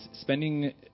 spending